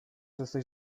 jesteś